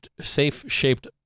safe-shaped